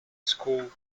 school